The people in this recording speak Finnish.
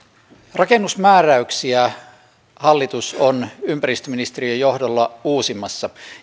rakennusmääräyksiä hallitus on ympäristöministeriön johdolla uusimassa